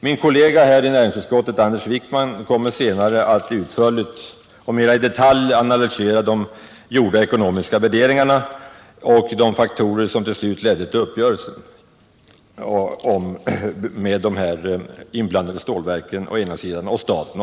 Min kollega i näringsutskottet Anders Wijkman kommer senare att utveckla och mera i detalj analysera de gjorda ekonomiska värderingarna och de faktorer som till slut ledde till uppgörelsen mellan de inblandade stålverken och staten.